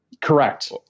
Correct